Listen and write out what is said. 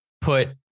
put